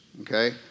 okay